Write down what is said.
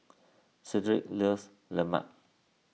Shedrick loves Lemang